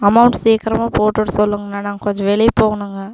amount சீக்கிரமாக போட்டுவிட சொல்லுங்கண்ணா நாங்கள் கொஞ்சம் வெளியே போகணுங்க